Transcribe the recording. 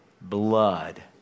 Blood